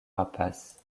rapaces